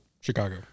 Chicago